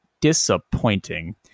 disappointing